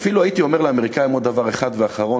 אפילו הייתי אומר לאמריקנים עוד דבר אחד ואחרון,